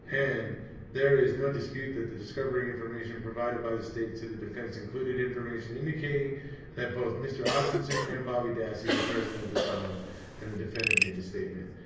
and there is no dispute that the discovery information provided by the state to the defense included information indicating that both mr osmunson and bobby dassey were present at the time and the defendant made the statement.